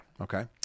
Okay